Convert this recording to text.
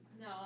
No